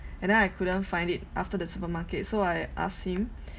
and then I couldn't find it after the supermarket so I ask him